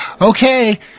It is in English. Okay